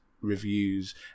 reviews